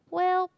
well